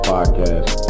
Podcast